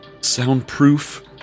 soundproof